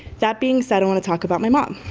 that being said i want to talk about my mom.